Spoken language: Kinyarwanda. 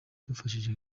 idufashije